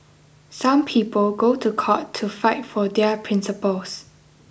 some people go to court to fight for their principles